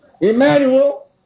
Emmanuel